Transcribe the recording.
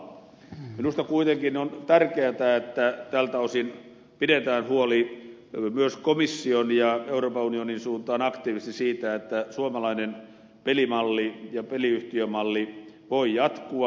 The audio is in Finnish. minusta kuitenkin on tärkeätä että tältä osin pidetään huoli myös komission ja euroopan unionin suuntaan aktiivisesti siitä että suomalainen pelimalli ja peliyhtiömalli voi jatkua